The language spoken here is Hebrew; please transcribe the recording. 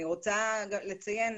אני רוצה לציין,